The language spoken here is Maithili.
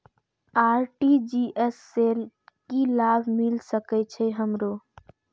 आर.टी.जी.एस से की लाभ मिल सके छे हमरो?